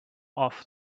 off